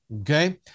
Okay